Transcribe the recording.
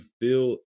feel